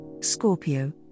Scorpio